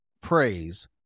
praise